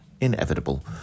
inevitable